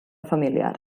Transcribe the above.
familiar